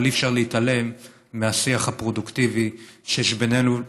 אבל אי-אפשר להתעלם מהשיח הפרודוקטיבי שיש בינינו,